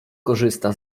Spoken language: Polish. korzysta